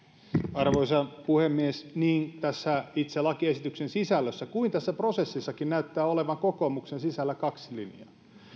arvoisa puhemies niin tässä itse lakiesityksen sisällössä kuin tässä prosessissakin näyttää olevan kokoomuksen sisällä kaksi linjaa